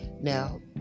Now